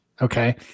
Okay